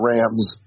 Rams